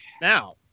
Now